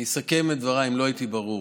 אני אסכם את דבריי, אם לא הייתי ברור.